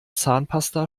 zahnpasta